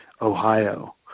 Ohio